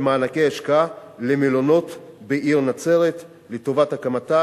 מענקי השקעה למלונות בעיר נצרת לטובת הקמה,